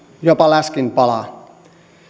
jopa läskinpalaan